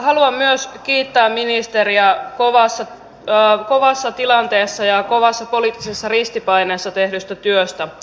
haluan myös kiittää ministeriä kovassa tilanteessa ja kovassa poliittisessa ristipaineessa tehdystä työstä